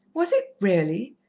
was it, really?